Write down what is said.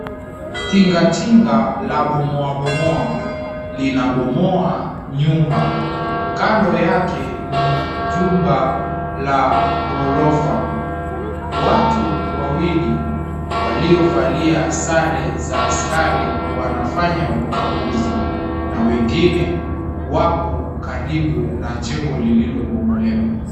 Tinga tinga la bomoabomoa linabomoa nyumba. Kando yake ni jumba la ghorofa. Watu wawili waliovalia sare za askari wanafanya ukaguzi na wengine wapo karibu na jengo lililobomolewa.